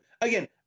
Again